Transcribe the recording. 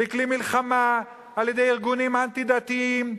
לכלי מלחמה על-ידי ארגונים אנטי-דתיים,